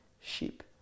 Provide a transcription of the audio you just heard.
sheep